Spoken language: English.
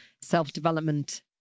self-development